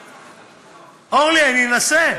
אורלי, אני אנסה.